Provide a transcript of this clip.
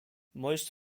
most